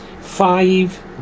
five